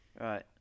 Right